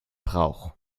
braucht